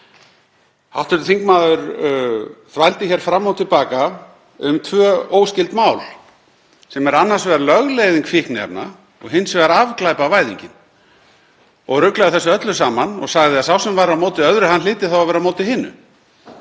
Hv. þingmaður þvældi hér fram og til baka um tvö óskyld mál, sem er annars vegar lögleiðing fíkniefna og hins vegar afglæpavæðingin, ruglaði þessu öllu saman og sagði að sá sem væri á móti öðru hlyti þá að vera á móti hinu.